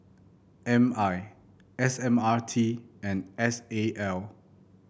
M I S M R T and S A L